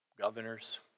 governors